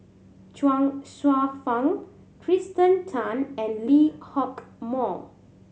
Chuang Hsueh Fang Kirsten Tan and Lee Hock Moh